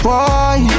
Boy